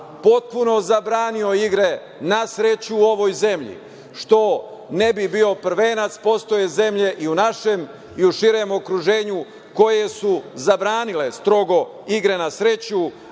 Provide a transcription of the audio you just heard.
potpuno zabranio igre na sreću u ovoj zemlji, što ne bi bio prvenac. Postoje zemlje i u našem i u širem okruženju koje su zabranile strogo igre na sreću